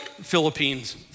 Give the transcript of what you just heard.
Philippines